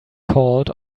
called